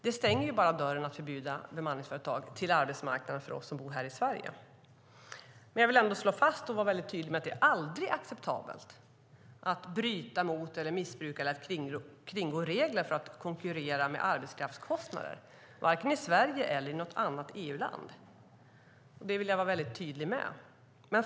Att förbjuda bemanningsföretag stänger bara dörren till arbetsmarknaden för oss som bor i Sverige. Jag vill slå fast och vara tydlig med att det aldrig är acceptabelt att bryta mot, missbruka eller kringgå regler för att konkurrera med arbetskraftskostnader, varken i Sverige eller i något annat EU-land. Det vill jag vara väldigt tydlig med.